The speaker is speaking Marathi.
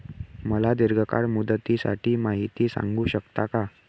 मला दीर्घ मुदतीसाठी माहिती सांगू शकता का?